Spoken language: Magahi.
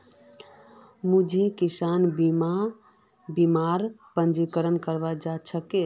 मुई किसान बीमार पंजीकरण करवा जा छि